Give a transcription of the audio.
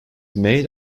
made